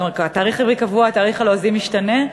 התאריך הלועזי משתנה,